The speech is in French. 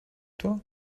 toi